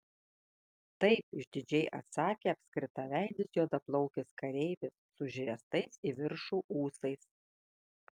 taip išdidžiai atsakė apskritaveidis juodaplaukis kareivis su užriestais į viršų ūsais